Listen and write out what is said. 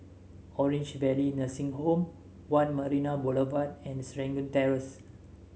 Orange Valley Nursing Home One Marina Boulevard and Serangoon Terrace